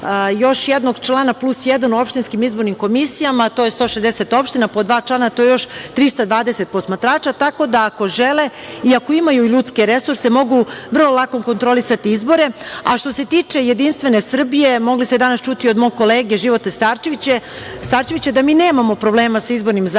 još jednog člana, plus jedan u opštinskim izbornim komisijama, to je 160 opština, po dva člana, to je još 320 posmatrača, tako da, ako žele i ako imaju ljudske resurse, mogu vrlo lako kontrolisati izbore. Što se tiče Jedinstvene Srbije, mogli ste danas čuti od mog kolege Živote Starčevića, da mi nemamo problema sa izbornim zakonima,